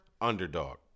Underdog